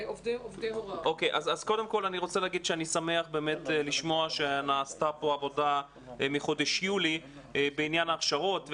באמת לשמוע שנעשתה פה עבודה מחודש יולי בעניין ההכשרות.